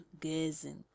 gazing